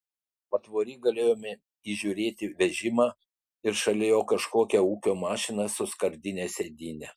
patvory galėjome įžiūrėti vežimą ir šalia jo kažkokią ūkio mašiną su skardine sėdyne